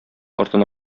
артына